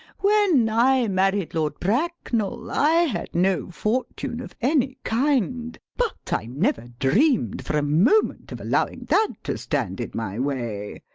when i married lord bracknell i had no fortune of any kind. but i never dreamed for a moment of allowing that to stand in my way.